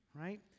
right